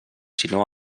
sinó